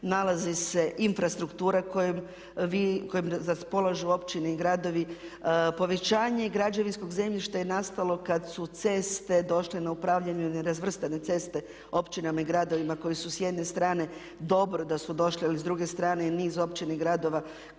nalazi se infrastruktura kojom raspolažu općine i gradovi. Povećanje građevinskog zemljišta je nastalo kad su ceste došle na upravljanje, nerazvrstane ceste općinama i gradovima koji su s jedne strane dobro da su došle ali s druge strane niz općina i gradova